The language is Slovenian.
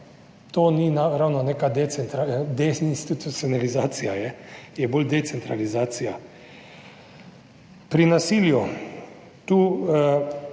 to ni ravno neka deinstitucionalizacija, je bolj decentralizacija. Pri nasilju